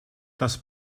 das